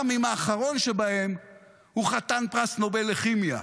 גם אם האחרון שבהם הוא חתן פרס נובל לכימיה,